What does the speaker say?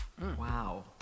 Wow